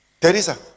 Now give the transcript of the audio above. Teresa